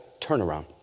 turnaround